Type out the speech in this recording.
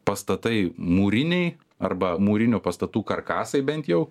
pastatai mūriniai arba mūrinių pastatų karkasai bent jau